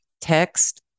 text